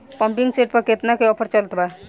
Pumping set पर केतना के ऑफर चलत बा?